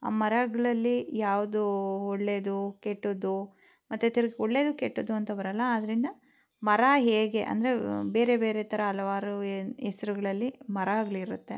ಆ ಮರಗಳಲ್ಲಿ ಯಾವುದು ಒಳ್ಳೆಯದು ಕೆಟ್ಟದ್ದು ಮತ್ತು ತಿರ್ಗಿ ಒಳ್ಳೆಯದು ಕೆಟ್ಟದ್ದು ಅಂತ ಬರೋಲ್ಲ ಆದ್ದರಿಂದ ಮರ ಹೇಗೆ ಅಂದರೆ ಬೇರೆ ಬೇರೆ ತರ ಹಲವಾರು ಹೆಸ್ರುಗಳಲ್ಲಿ ಮರಗಳಿರತ್ತೆ